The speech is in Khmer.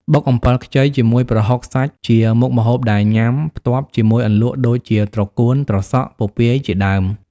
បុកអំពិលខ្ចីជាមួយប្រហុកសាច់ជាមុខម្ហូបដែលញាំផ្ទាប់ជាមួយអន្លក់ដូចជាត្រកួន ត្រសក់ ពពាយជាដើម។